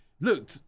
Look